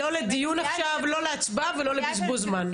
זה לא לדיון היום, לא להצבעה ולא לבזבוז זמן.